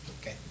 Okay